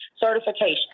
certification